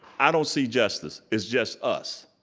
i don't see justice, it's just us,